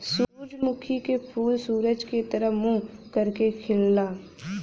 सूरजमुखी क फूल सूरज के तरफ मुंह करके खिलला